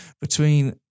between-